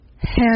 Hand